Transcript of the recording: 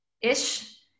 ish